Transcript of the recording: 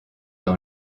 dans